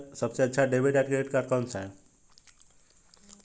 सबसे अच्छा डेबिट या क्रेडिट कार्ड कौन सा है?